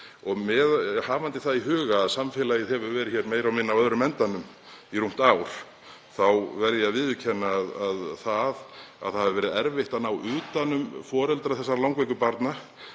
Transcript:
við höfum það í huga að samfélagið hefur verið hér meira og minna á öðrum endanum í rúmt ár þá verð ég að viðurkenna að það að erfitt hafi verið að ná utan um foreldra þessara langveiku barna